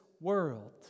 world